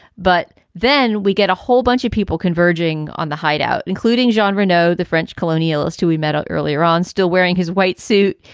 but then we get a whole bunch of people converging on the hideout, including john renault, the french colonialist who we met earlier on, still wearing his white suit.